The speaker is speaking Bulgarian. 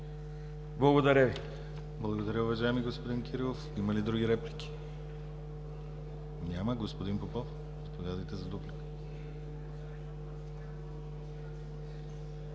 ГЛАВЧЕВ: Благодаря, уважаеми господин Кирилов. Има ли други реплики? Няма. Господин Попов, заповядайте за дуплика.